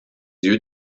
yeux